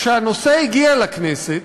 כשהנושא הגיע לכנסת,